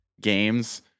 games